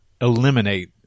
eliminate